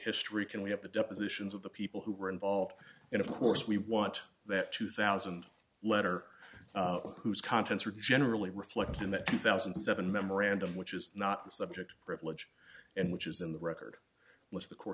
history can we have the depositions of the people who were involved and of course we want that two thousand letter whose contents are generally reflected in the thousand and seven memorandum which is not the subject privilege and which is in the record which the co